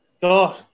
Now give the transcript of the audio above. God